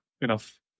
Enough